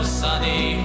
sunny